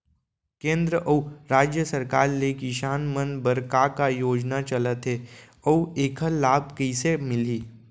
केंद्र अऊ राज्य सरकार ले किसान मन बर का का योजना चलत हे अऊ एखर लाभ कइसे मिलही?